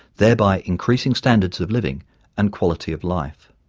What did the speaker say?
thereby increasing standards of living and quality of life.